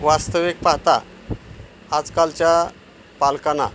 वास्तविक पाहता आजकालच्या पालकांना